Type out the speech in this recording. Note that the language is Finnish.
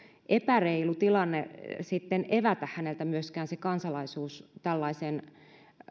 epäreilu tilanne sitten myöskään evätä häneltä se kansalaisuus tällaisen